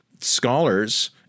scholars